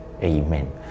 Amen